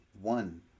one